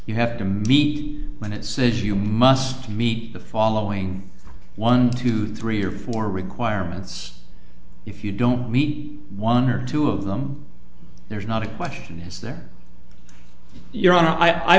you have to be when it says you must meet the following one two three or four requirements if you don't meet one or two of them there's not a question is there your hon